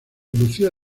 lucia